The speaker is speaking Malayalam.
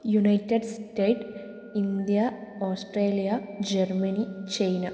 United State India Australia Germany China